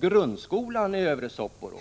grundskolan i Övre Soppero.